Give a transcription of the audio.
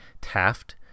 Taft